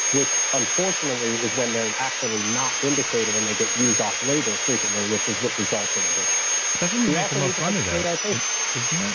which unfortunately is when they're actually not indicated and they get used off label frequently, which is what results in addiction that's when you make the most money though, um isn't it?